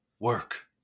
Work